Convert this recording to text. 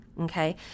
okay